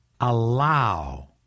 Allow